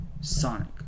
Sonic